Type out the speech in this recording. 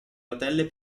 rotelle